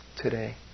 today